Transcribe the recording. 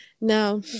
now